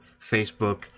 Facebook